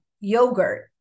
yogurt